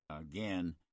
again